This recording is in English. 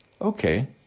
okay